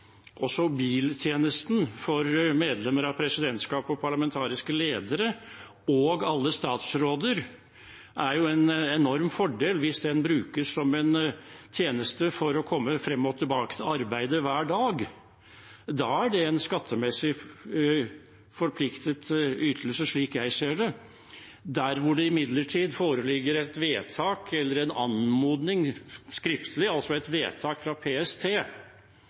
biltjenesten er en enorm fordel for medlemmer av presidentskapet, parlamentariske ledere og alle statsråder hvis den brukes som en tjeneste for å komme seg frem og tilbake til arbeid hver dag. Da er det en skattepliktig ytelse, slik jeg ser det. Der det imidlertid foreligger en skriftlig anmodning eller et vedtak fra PST om sikkerhetskjøring, altså at en statsråd, et